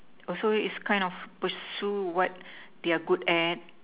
also it's kind of pursue what they are good at